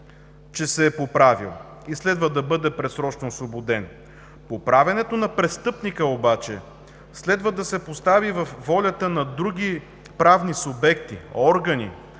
че се е поправил и следва да бъде предсрочно освободен. Поправянето на престъпника обаче следва да се постави във волята на други правни субекти, органи,